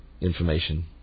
information